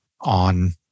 on